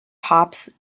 hops